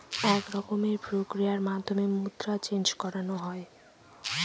এক রকমের প্রক্রিয়ার মাধ্যমে মুদ্রা চেন্জ করানো হয়